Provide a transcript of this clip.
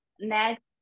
next